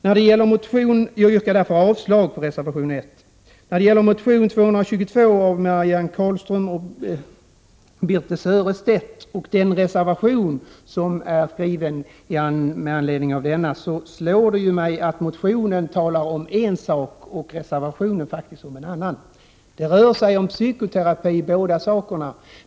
Jag yrkar därför avslag på reservation 1. Det slår mig att motion 222 av Marianne Carlström och Birthe Sörestedt talar om en sak, medan den reservation som skrivits med anledning av denna motion faktiskt talar om en annan. Båda handlar om psykoterapi.